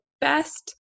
best